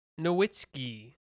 Nowitzki